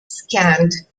scanned